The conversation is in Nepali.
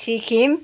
सिक्किम